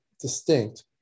distinct